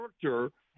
character